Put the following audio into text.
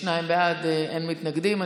שניים בעד, אין מתנגדים.